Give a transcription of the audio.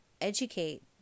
educate